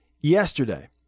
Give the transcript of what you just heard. yesterday